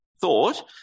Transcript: thought